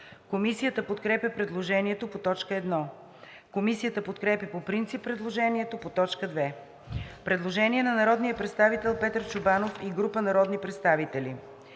Комисията подкрепя предложението по т. 1. Комисията подкрепя по принцип предложението по т. 2. Има предложение на народния представител Петър Чобанов и група народни представители: